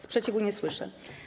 Sprzeciwu nie słyszę.